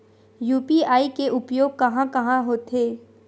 UPI के उपयोग कहां कहा होथे?